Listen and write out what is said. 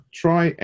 try